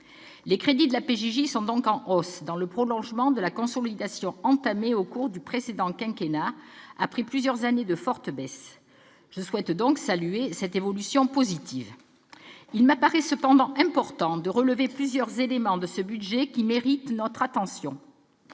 Les crédits de la PJJ sont donc en hausse, dans le prolongement de la consolidation entamée au cours du précédent quinquennat, après plusieurs années de forte baisse. Je souhaite saluer cette évolution positive. Il m'apparaît cependant important de relever plusieurs éléments de ce budget qui méritent notre attention.